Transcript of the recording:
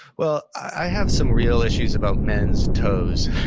well, i have some real issues about men's toes